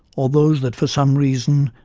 or those that for some reason,